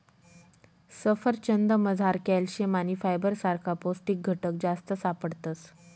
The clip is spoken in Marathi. सफरचंदमझार कॅल्शियम आणि फायबर सारखा पौष्टिक घटक जास्त सापडतस